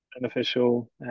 beneficial